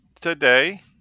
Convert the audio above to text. today